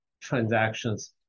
transactions